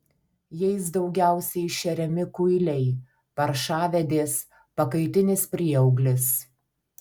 jais daugiausiai šeriami kuiliai paršavedės pakaitinis prieauglis